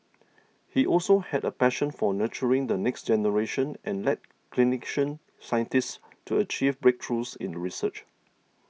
he also had a passion for nurturing the next generation and led Clinician Scientists to achieve breakthroughs in research